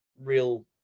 real